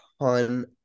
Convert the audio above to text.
ton